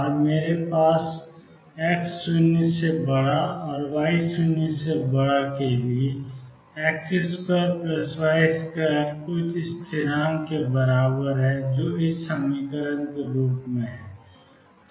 और मेरे पास है X0 Y0 X2Y2 कुछ स्थिरांक के बराबर है जो 2mV02L22 है